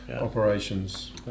operations